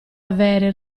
avere